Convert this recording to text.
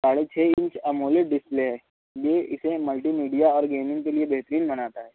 ساڑھے چھ inch AMOLED display ہے یہ اسے ملٹی میڈیا اور گیمنگ کے لیے بہترین بناتا ہے